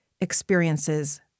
experiences